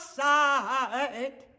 side